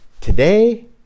today